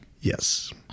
Yes